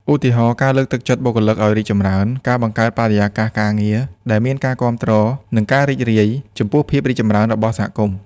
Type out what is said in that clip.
ឧទាហរណ៍ ការលើកទឹកចិត្តបុគ្គលិកឱ្យរីកចម្រើន ការបង្កើតបរិយាកាសការងារដែលមានការគាំទ្រ និងការរីករាយចំពោះភាពរីកចម្រើនរបស់សហគមន៍។